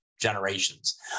Generations